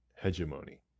hegemony